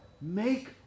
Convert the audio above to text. make